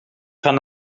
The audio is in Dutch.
gaan